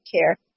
care